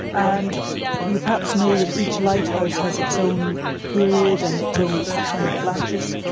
and you perhaps know that each lighthouse has its own period and its own pattern of flashes.